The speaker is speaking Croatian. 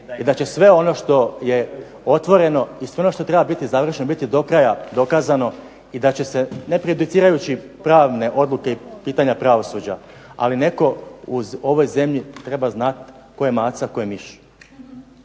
i da će sve ono što je otvoreno i sve ono što treba biti završeno biti do kraja dokazano i da će se, ne prejudicirajući pravne odluke i pitanja pravosuđa, ali netko u ovoj zemlji treba znati tko je maca, a tko je miš.